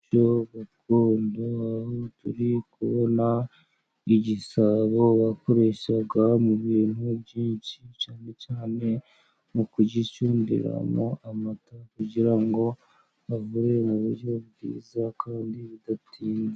Mu muco gakondo turi kubona igisabo bakoresha mu bintu byinshi, cyane cyane mu kugicundiramo amata, kugira ngo avure mu buryo bwiza, kandi bidatinze.